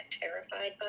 terrified